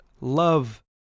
love